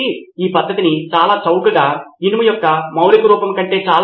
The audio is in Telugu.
చివరకు అది ఒక సవరించిన సమాచారమును ఇస్తుంది అదే తరగతిలో ఉపాధ్యాయుడు బోధించాడు